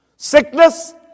Sickness